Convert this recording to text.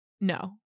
No